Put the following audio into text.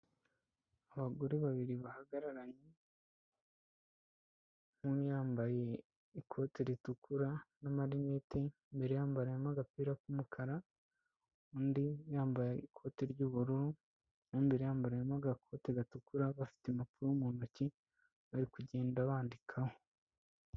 Abagore babiri bahagararanye, umwe yambaye ikote ritukura n' amarineti imbere yambariyemo agapira k'umukara, undi yambaye ikote ry'ubururu mo imbere yambariyemo agakote gatukura, bafite impapuro mu ntoki bari kugenda bandikaho.